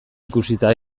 ikusita